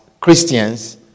Christians